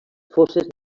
fosses